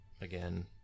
again